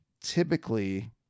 typically